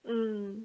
mm